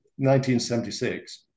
1976